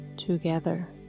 together